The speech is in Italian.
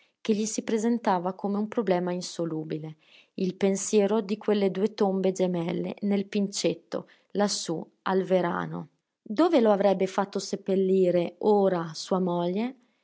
che gli si presentava come un problema insolubile il pensiero di quelle due tombe gemelle nel pincetto lassù al verano dove lo avrebbe fatto seppellire ora sua moglie